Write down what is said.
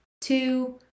Two